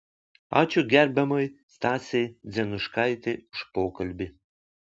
ačiū gerbiamai stasei dzenuškaitei už pokalbį